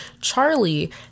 Charlie